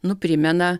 nu primena